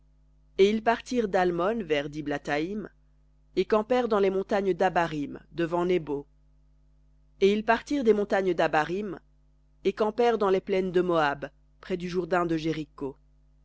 et ils partirent d'almon vers diblathaïm et campèrent dans les montagnes d'abarim devant nebo et ils partirent des montagnes d'abarim et campèrent dans les plaines de moab près du jourdain de jéricho